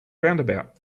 roundabout